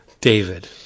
David